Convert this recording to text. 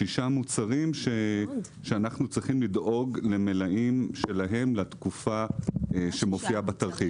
שישה מוצרים שאנחנו צריכים לדאוג למלאים שלהם לתקופה שמופיעה בתרחיש.